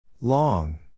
Long